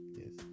yes